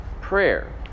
prayer